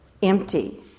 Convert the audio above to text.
empty